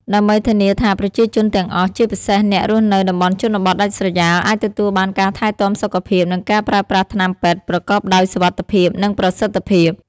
ដើម្បីធានាថាប្រជាជនទាំងអស់ ជាពិសេសអ្នករស់នៅតំបន់ជនបទដាច់ស្រយាល អាចទទួលបានការថែទាំសុខភាព និងការប្រើប្រាស់ថ្នាំពេទ្យប្រកបដោយសុវត្ថិភាព និងប្រសិទ្ធភាព។